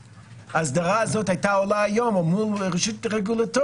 אני תוהה לעצמי אם האסדרה הזאת הייתה עולה היום או מול רשות רגולטורית,